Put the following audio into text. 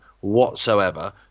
whatsoever